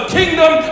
kingdom